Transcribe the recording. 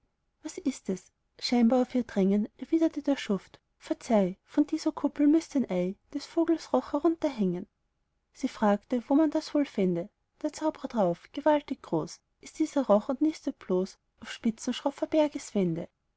was ist es scheinbar auf ihr drängen erwiderte der schuft verzeih von dieser kuppel müßt ein ei des vogels roch herunterhängen sie fragte wo man das wohl fände der zaubrer drauf gewaltig groß ist dieser roch und nistet bloß auf spitzen schroffer bergeswände